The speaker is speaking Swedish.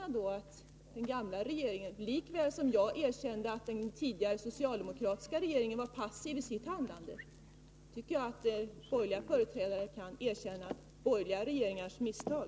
Jag är glad att man kan erkänna detta. Lika väl som jag erkände att den tidigare socialdemokratiska regeringen var passiv, tycker jag att borgerliga företrädare kan erkänna borgerliga regeringars misstag.